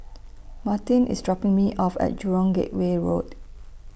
Martine IS dropping Me off At Jurong Gateway Road